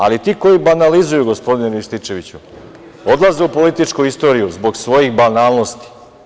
Ali ti koji banalizuju, gospodine Rističeviću odlaze u političku istoriju, zbog svojih banalnosti.